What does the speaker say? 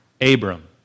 Abram